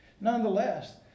Nonetheless